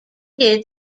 did